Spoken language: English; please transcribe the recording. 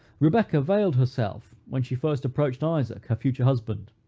rebecca veiled herself when she first approached isaac, her future husband.